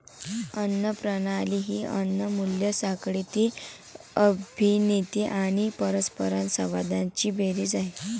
अन्न प्रणाली ही अन्न मूल्य साखळीतील अभिनेते आणि परस्परसंवादांची बेरीज आहे